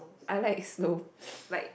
I like slow is like